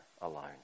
alone